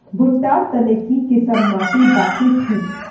भुट्टा र तने की किसम माटी बासी ठिक?